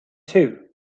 too